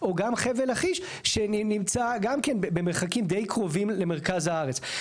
או גם חבל לכיש שנמצא גם כן במרחקים די קרובים למרכז הארץ.